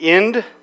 End